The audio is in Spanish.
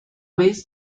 vez